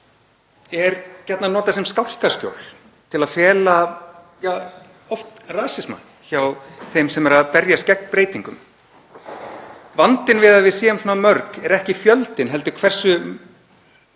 er gjarnan notaður sem skálkaskjól til að fela rasisma hjá þeim sem eru að berjast gegn breytingum. Vandinn við að við séum svona mörg er ekki fjöldinn heldur hversu mikið